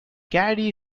caddy